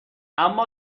اما